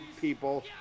people